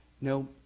No